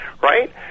right